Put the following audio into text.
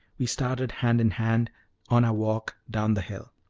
we started hand in hand on our walk down the hill.